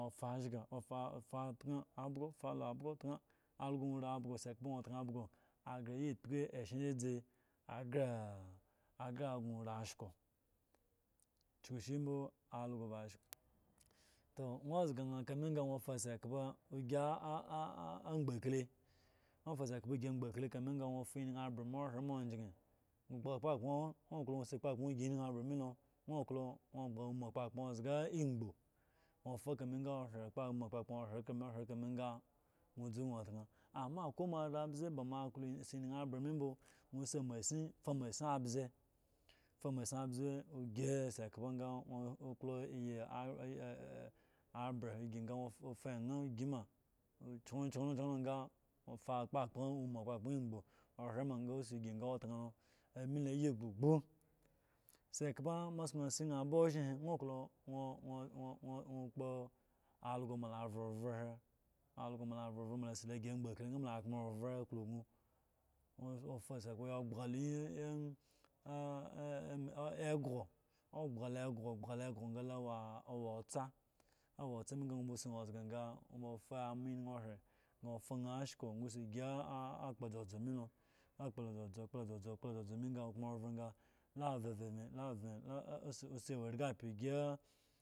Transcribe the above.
Fa adgo, fa la abgo otan algo go atan abgo sikpa gno tan abgo agre aye akpiyi dzizi agree agree gno ori asko kyuku shi mbo algo ba ask to nwo ozga ña rame lo ga nwo fa sikpa ogi akpokle nwo fa sikpa si akpoklu kame lo sa nwo fa enye apye me ohre ma ogyin gbaga kpakpan nwo klo si kpakpan si enye akpe me lo awo klo abaga umu repakpan oze egboo ofa umu kpakpan ohre kame hre kame ga nwo dzo gno otan amma akwai moareke moa klo enye a pon me mbo nwo si masin fa masin nwo fa masin abza si asikpa sa oklo eyi eee a pon fa enye si ma kyekye lo ga fa kpapka eyi kpakpan egoo ga otan lo ame lo ayi gbogbo sikpa moa sun si ña aba ozhi he nwo klo nwo nwo nwo kpo also moa aveve he also moa avevo moa asi lo si agbo kli ga moa akpon ave aklusu nwo fa sikpa ya dga ewhu otsa me sa nwo ba fa ama enye hre ga fa ma ask si a glazozo me la glazo glazo ga kpove avava